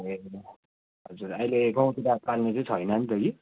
ए हजुर अहिले गाउँतिर पाल्ने चाहिँ छैन नि त कि